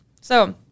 So-